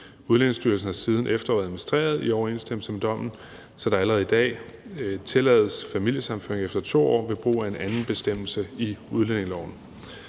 Udlændingestyrelsen har siden efteråret administreret i overensstemmelse med dommen, så der allerede i dag tillades familiesammenføring efter 2 år ved brug af en anden bestemmelse i udlændingeloven.